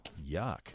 yuck